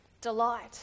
delight